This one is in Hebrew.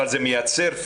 אבל האם זה מייצר פיזית